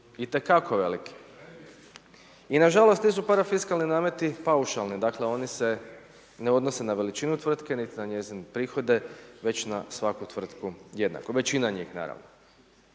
Itekako veliki. I nažalost ti su parafiskalni nameti paušalni, dakle oni se ne odnose na veličinu tvrtke niti na njezine prihode već na svaku tvrtku jednako. Većina njih, naravno.